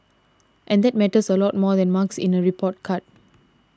and that matters a lot more than marks in a report card